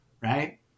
right